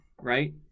right